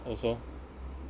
also